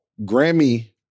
Grammy